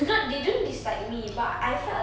not they don't dislike me but I felt